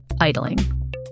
idling